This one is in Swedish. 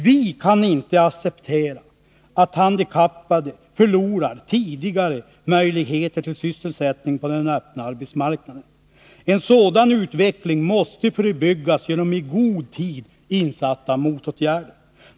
Vi kan inte acceptera att handikappade förlorar tidigare möjligheter till sysselsättning på den öppna arbetsmarknaden. En sådan utveckling måste förebyggas genom i god tid insatta motåtgärder.